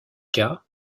cas